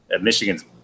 Michigan's